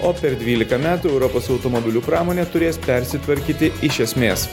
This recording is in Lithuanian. o per dvylika metų europos automobilių pramonė turės persitvarkyti iš esmės